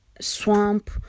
swamp